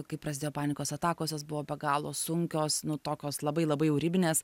kai prasidėjo panikos atakos jos buvo begalo sunkios nu tokios labai labai jau ribinės